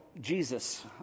Jesus